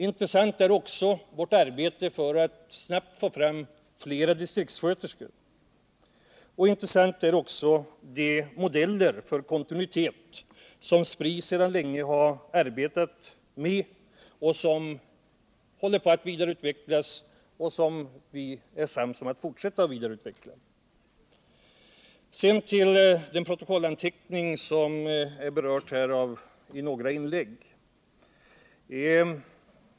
Intressant är också vårt arbete för att snabbt få fram fler distriktssköterskor samt de modeller för kontinuitet som Spri sedan länge har arbetat med, som håller på att vidareutvecklas och som vi är överens om att fortsätta att vidareutveckla. Sedan vill jag ta upp den protokollsanteckning som har berörts här i några inlägg.